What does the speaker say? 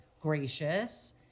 gracious